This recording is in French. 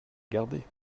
garder